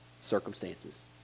circumstances